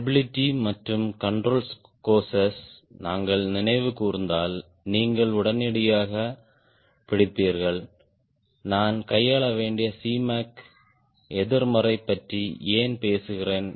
stability மற்றும் control கோஸிஸ் நாங்கள் நினைவு கூர்ந்தால் நீங்கள் உடனடியாகப் பிடிப்பீர்கள் நான் கையாள வேண்டிய Cmac எதிர்மறை பற்றி ஏன் பேசுகிறேன்